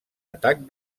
atac